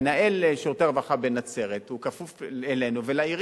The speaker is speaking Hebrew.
מנהל שירותי הרווחה בנצרת כפוף לנו ולעירייה.